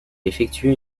effectué